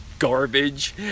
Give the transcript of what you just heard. Garbage